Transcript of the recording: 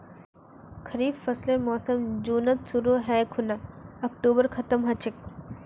खरीफ फसलेर मोसम जुनत शुरु है खूना अक्टूबरत खत्म ह छेक